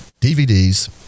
DVDs